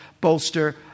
bolster